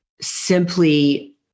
simply